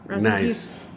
Nice